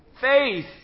faith